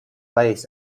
lace